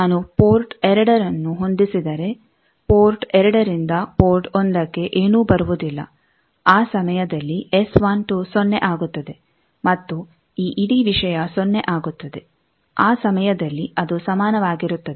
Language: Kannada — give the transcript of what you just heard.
ನಾನು ಪೋರ್ಟ್ 2 ಅನ್ನು ಹೊಂದಿಸಿದರೆ ಪೋರ್ಟ್ 2 ರಿಂದ ಪೋರ್ಟ್ 1ಕ್ಕೆ ಏನೂ ಬರುವುದಿಲ್ಲ ಆ ಸಮಯದಲ್ಲಿ S12 ಸೊನ್ನೆ ಆಗುತ್ತದೆ ಮತ್ತು ಈ ಇಡೀ ವಿಷಯ ಸೊನ್ನೆ ಆಗುತ್ತದೆ ಆ ಸಮಯದಲ್ಲಿ ಅದು ಸಮಾನವಾಗಿರುತ್ತದೆ